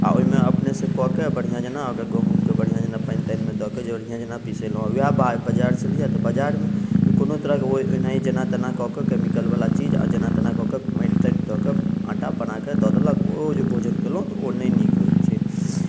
आ ओहिमे अपनेसँ कऽ के बढ़िआँ जेना गहुँमके बढ़िआँ जेना पानि तानिमे दऽ के बढ़िआँ जेना पिसेलहुँ उएह बजारसँ लिअ तऽ बाजारमे कोनो तरहक ओनहिए जेना तेना कऽ के केमिकलवला चीज आ जेना तेना कऽ के माटि ताटि दऽ के आटा बना के दऽ देलक ओ जे भोजन केलहुँ तऽ ओ नहि नीक होइत छै